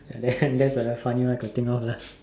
lessen that's a funny one I can think of lah